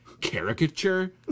caricature